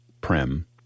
prem